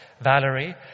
Valerie